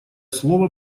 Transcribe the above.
слово